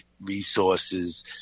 resources